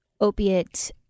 opiate